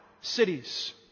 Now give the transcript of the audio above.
cities